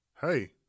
Hey